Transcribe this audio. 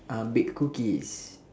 uh bake cookies